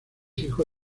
hijo